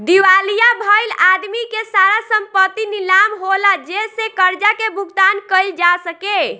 दिवालिया भईल आदमी के सारा संपत्ति नीलाम होला जेसे कर्जा के भुगतान कईल जा सके